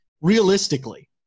realistically